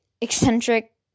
eccentric